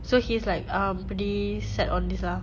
so he's like um pretty set on this ah